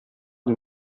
den